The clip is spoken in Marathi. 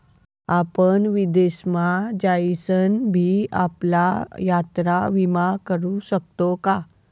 आपण विदेश मा जाईसन भी आपला यात्रा विमा करू शकतोस का?